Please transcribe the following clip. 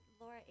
Laura